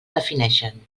defineixen